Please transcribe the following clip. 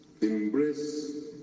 Embrace